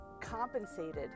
compensated